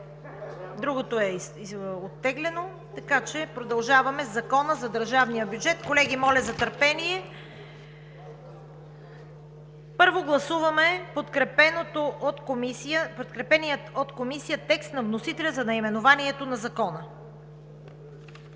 другото е оттеглено. Колеги, преминаваме към ЗИД на Закона за държавния бюджет. Колеги, моля за търпение! Първо гласуваме подкрепения от Комисията текст на вносителя за наименованието на Закона.